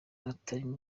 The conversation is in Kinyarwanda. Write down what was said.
hatarimo